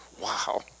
Wow